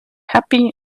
happy